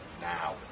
now